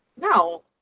No